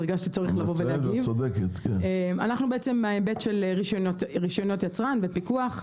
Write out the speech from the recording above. אנחנו אחראיים על ההיבט של רישיונות יצרן ופיקוח.